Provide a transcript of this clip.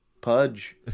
pudge